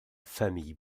famille